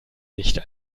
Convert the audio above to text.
nicht